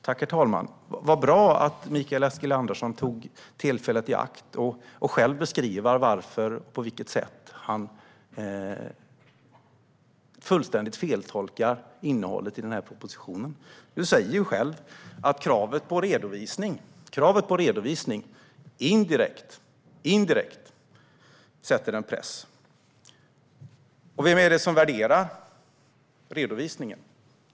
Herr talman! Vad bra att Mikael Eskilandersson tog tillfället i akt att själv beskriva varför och på vilket sätt han fullständigt feltolkar innehållet i propositionen! Du säger själv att kravet på redovisning indirekt sätter en press, Mikael Eskilandersson. Vem är det som värderar redovisningen?